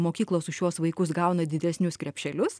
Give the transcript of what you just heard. mokyklos už šiuos vaikus gauna didesnius krepšelius